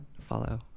follow